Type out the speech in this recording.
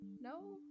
No